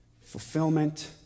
fulfillment